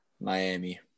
Miami